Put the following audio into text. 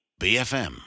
BFM